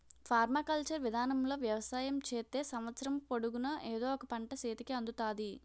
permaculture విధానములో వ్యవసాయం చేత్తే సంవత్సరము పొడుగునా ఎదో ఒక పంట సేతికి అందుతాది